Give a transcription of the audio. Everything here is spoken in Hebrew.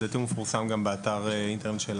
לדעתי הוא מפורסם גם באתר האינטרנט של המשרד.